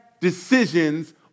decisions